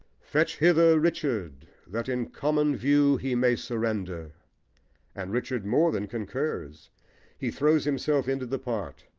fetch hither richard that in common view he may surrender and richard more than concurs he throws himself into the part,